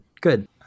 Good